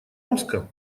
омска